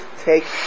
take